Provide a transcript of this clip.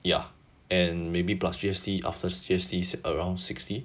ya and maybe plus G_S_T after G_S_T around sixty